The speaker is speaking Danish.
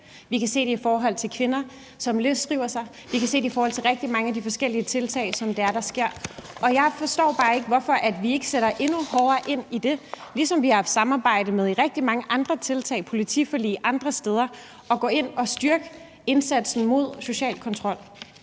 vi kan se det i forhold til kvinder, som løsriver sig, vi kan se det i forhold til rigtig mange af de forskellige tiltag, der sker, og jeg forstår bare ikke, hvorfor vi ikke sætter endnu hårdere ind, ligesom vi har haft et samarbejde om i forhold til rigtig mange andre tiltag, politiforlig og andre steder, og går ind og styrker indsatsen mod social kontrol.